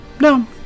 no